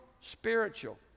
spiritual